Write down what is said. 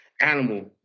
animal